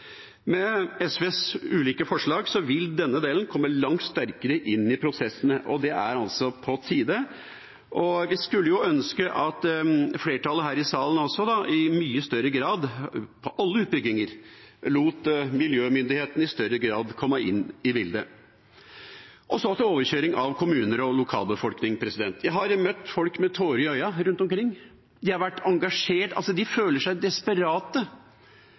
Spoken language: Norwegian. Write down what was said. Med SVs ulike forsalg vil denne delen komme langt sterkere inn i prosessene, og det er altså på tide. Vi skulle jo ønske at flertallet her i salen i mye større grad lot miljømyndighetene i komme inn i bildet – på alle utbygginger. Og så til overkjøringen av kommuner og lokalbefolkning: Jeg har møtt folk med tårer i øynene rundt omkring. De har vært engasjert, de føler seg desperate,